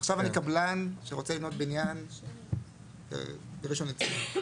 עכשיו אני קבלן שרוצה לבנות בניין בראשון לציון.